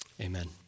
Amen